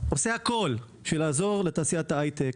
עושה הכול בשביל לעזור לתעשיית ההייטק,